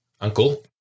uncle